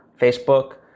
Facebook